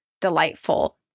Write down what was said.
delightful